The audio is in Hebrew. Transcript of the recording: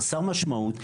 חסר משמעות.